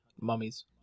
mummies